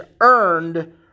earned